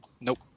nope